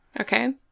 Okay